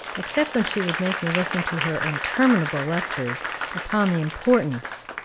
except when she would make me listen to her interminable lectures upon the importance,